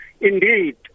Indeed